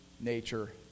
nature